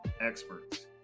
experts